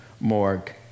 morgue